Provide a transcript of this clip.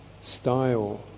style